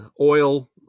oil